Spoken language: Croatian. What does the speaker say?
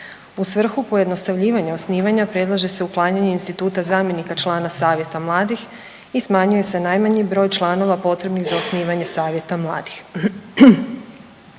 U svrhu pojednostavljivanja osnivanja, predlaže se uklanjanje instituta zamjenika člana savjeta mladih i smanjuje se najmanji broj članova potrebnih za osnivanje savjeta mladih.